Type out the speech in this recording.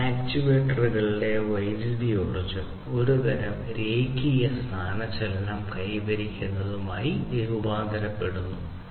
ഈ ആക്യുവേറ്ററുകളിലെ വൈദ്യുതോർജ്ജം ഒരുതരം രേഖീയ സ്ഥാനചലനം കൈവരിക്കുന്നതിനായി രൂപാന്തരപ്പെടുന്നു